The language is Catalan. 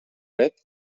fred